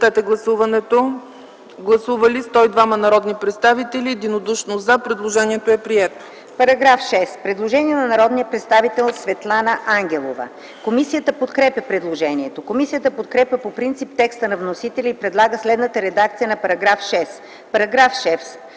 По § 11 има предложение на народния представител Светлана Ангелова. Комисията подкрепя предложението. Комисията подкрепя по принцип текста на вносителя и предлага следната редакция на § 11: „§